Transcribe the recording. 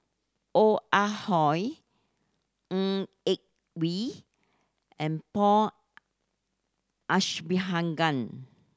Ong Ah Hoi Ng Yak Whee and Paul